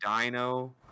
Dino